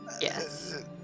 Yes